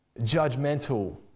judgmental